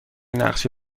نقشه